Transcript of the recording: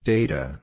Data